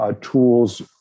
tools